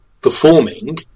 performing